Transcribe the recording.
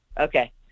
okay